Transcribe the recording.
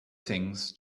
things